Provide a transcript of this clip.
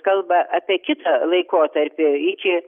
kalba apie kitą laikotarpį iki